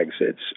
exits